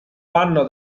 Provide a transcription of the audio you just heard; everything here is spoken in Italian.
vanno